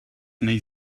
neu